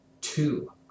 Two